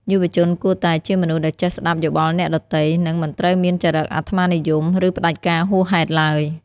យុវជនគួរតែ "ជាមនុស្សដែលចេះស្ដាប់យោបល់អ្នកដទៃ" និងមិនត្រូវមានចរិតអាត្មានិយម ឬផ្ដាច់ការហួសហេតុឡើយ។